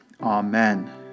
Amen